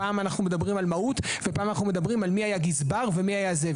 פעם אנחנו מדברים על מהות ופעם אנחנו מדברים על מי היה גזבר ומי היה זה.